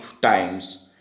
times